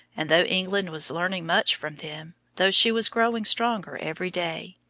and though england was learning much from them, though she was growing stronger every day,